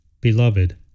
Beloved